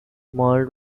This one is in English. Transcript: mold